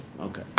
Okay